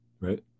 right